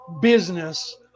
business